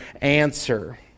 answer